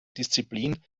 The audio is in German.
disziplin